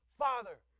Father